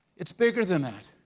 it's bigger than that.